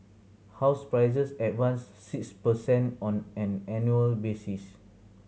house prices advanced six per cent on an annual basis